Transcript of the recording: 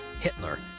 Hitler